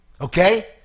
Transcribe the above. Okay